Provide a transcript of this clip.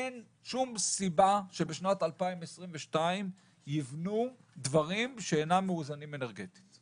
אין שום סיבה שבשנת 2022 יבנו דברים שאינם מאוזנים אנרגטית.